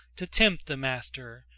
to tempt the master,